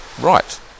right